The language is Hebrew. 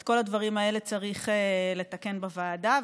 את כל הדברים האלה צריך לתקן בוועדה,